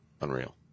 Unreal